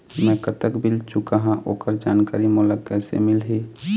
मैं कतक बिल चुकाहां ओकर जानकारी मोला कइसे मिलही?